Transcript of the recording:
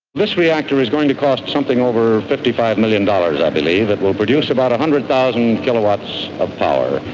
this reactor is going to cost something over fifty five million dollars, i believe it will produce about a one hundred thousand kilowatts of power.